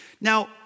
now